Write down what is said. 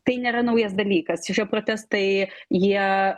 tai nėra naujas dalykas šie protestai jie